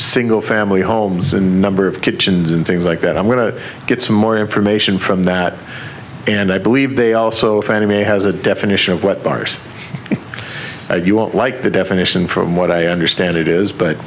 single family homes a number of kitchens and things like that i'm going to get some more information from that and i believe they also fannie mae has a definition of what bars you won't like the definition from what i understand it is but